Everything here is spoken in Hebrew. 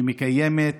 שמקיימת